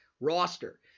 roster